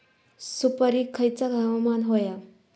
सुपरिक खयचा हवामान होया?